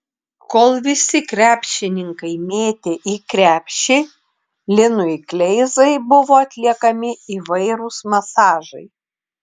kol visi krepšininkai mėtė į krepšį linui kleizai buvo atliekami įvairūs masažai